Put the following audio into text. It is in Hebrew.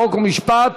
חוק ומשפט,